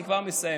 אני כבר מסיים,